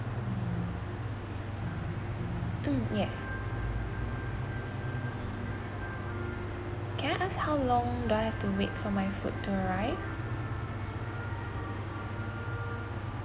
mm yes can I ask how long do I have to wait for my food to arrive